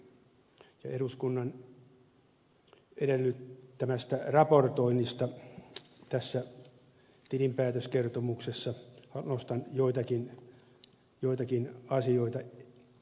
eduskunnan edellyttämästä raportoinnista tässä tilinpäätöskertomuksessa nostan joitakin asioita esille